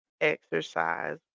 exercise